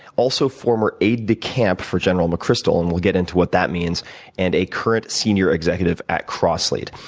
also former aide-de-camp for general mcchrystal and we'll get into what that means and a current senior executive at crosslead.